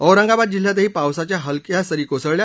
औरंगाबाद जिल्ह्यातही पावसाच्या हलक्या सरी कोसळल्या